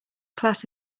class